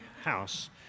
House